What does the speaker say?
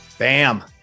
Bam